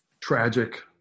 Tragic